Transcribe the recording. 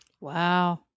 Wow